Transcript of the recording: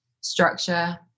structure